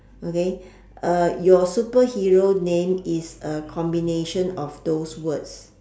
okay uh your superhero name is a combination of those words